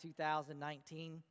2019